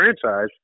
franchise